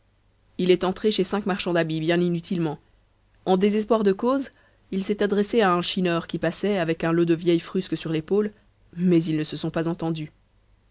il est entré chez cinq marchands d'habits bien inutilement en désespoir de cause il s'est adressé à un chineur qui passait avec un lot de vieilles frusques sur l'épaule mais ils ne se sont pas entendus